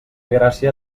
gràcia